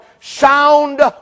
sound